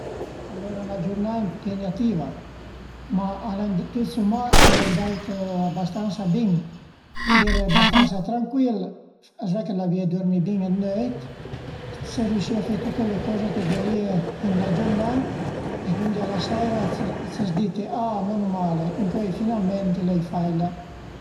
Ëncöi al era 'na giurnà ëmpegnativa, ma tür sumà al e andait bastansa bin, i era bastansa trancuil, a s've che l'avìe dörmì bin d'nöit, ses riusì a fe tüte le coze che völìe ën la giurnà e cuindi a la seira ses dite: a menomale ëncöi finalment l'ai faila